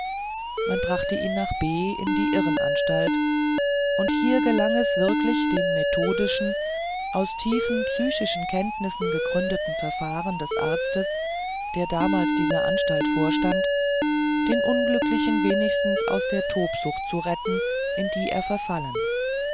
man brachte ihn nach b in die irrenanstalt und hier gelang es wirklich dem methodischen auf tiefe psychische kenntnis gegründeten verfahren des arztes der damals dieser anstalt vorstand den unglücklichen wenigstens aus der tobsucht zu retten in die er verfallen